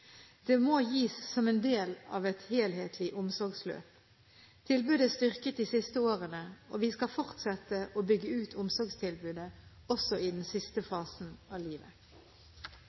Det må gis som en del av et helhetlig omsorgsløp. Tilbudet er styrket de siste årene, og vi skal fortsette å bygge ut omsorgstilbudet også i den siste fasen av livet.